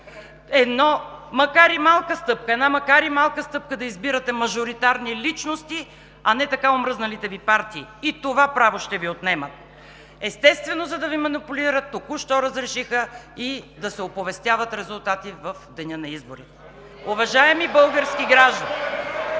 една макар и малка стъпка, да избирате мажоритарни личности, а не така омръзналите Ви партии – и това право ще Ви отнемат; естествено, за да Ви манипулират – току-що разрешиха и да се оповестяват резултати в деня на изборите. (Бурни реплики и